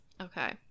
Okay